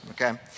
okay